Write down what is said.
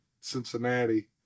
Cincinnati